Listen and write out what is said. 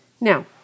Now